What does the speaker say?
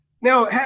now